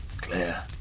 Clear